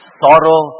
sorrow